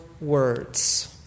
words